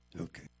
Okay